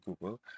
Google